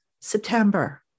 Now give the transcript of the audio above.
September